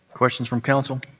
questions from council?